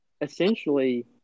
Essentially